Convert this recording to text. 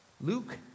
Luke